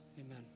amen